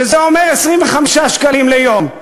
שזה אומר 25 שקלים ליום.